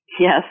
Yes